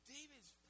David's